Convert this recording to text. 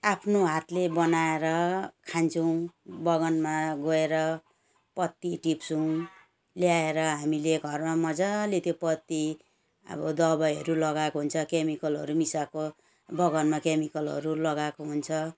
आफ्नो हातले बनाएर खान्छौँ बगानमा गएर पत्ती टिप्छौँ ल्याएर हामीले घरमा मजाले त्यो पत्ती अब दबाईहरू लगाएको हुन्छ केमिकलहरू मिसाएको बगानमा केमिकलहरू लगाएको हुन्छ